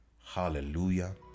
Hallelujah